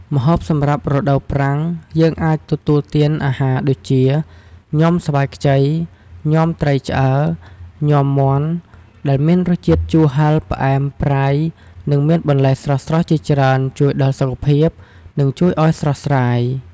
ម្ហូបសម្រាប់រដូវប្រាំង យើងអាចទទួលទានអាហារ ដូចជា ញាំស្វាយខ្ចី ញាំត្រីឆ្អើរ ញាំមាន់ ដែលមានរសជាតិជូរហឹរ ផ្អែម ប្រៃ និង មានបន្លែស្រស់ៗច្រើនជួយដល់សុខភាព និង ជួយឱ្យស្រស់ស្រាយ។